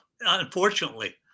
unfortunately